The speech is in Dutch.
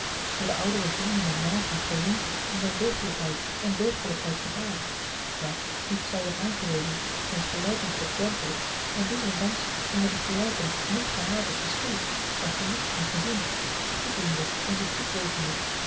door de oudere vrienden en magen geroemd om zijne degelijkheid en deugdelijkheid van aard ja niet zelden aangewezen zijns gelijken tot exempel en diesondanks onder die gelijken niet gehaat of geschuwd maar geliefd en gezien goeddoende en zich goed wetende